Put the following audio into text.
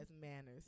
manners